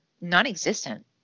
non-existent